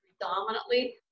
predominantly